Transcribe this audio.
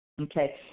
okay